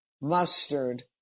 mustard